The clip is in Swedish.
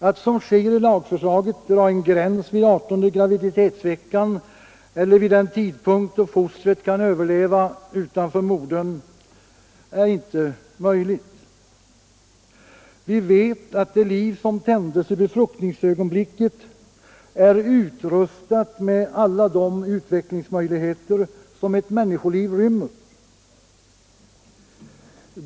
Att som sker i lagförslaget dra en gräns vid adertonde graviditetsveckan eller vid den tidpunkt då fostret kan överleva utanför modern är inte möjligt. Vi vet att det liv som tändes i befruktningsögonblicket är utrustat med alla de utvecklingsmöjligheter som ett människoliv rymmer.